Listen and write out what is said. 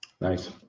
Nice